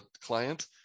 client